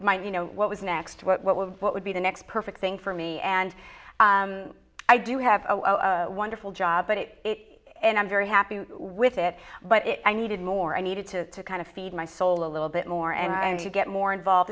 my you know what was next what was what would be the next perfect thing for me and i do have a wonderful job but it and i'm very happy with it but i needed more i needed to kind of feed my soul a little bit more and i need to get more involved